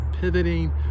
pivoting